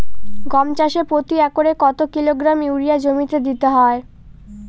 গম চাষে প্রতি একরে কত কিলোগ্রাম ইউরিয়া জমিতে দিতে হয়?